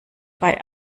bei